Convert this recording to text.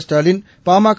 Stalin PMK